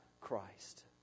Christ